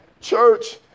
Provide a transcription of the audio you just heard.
Church